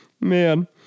Man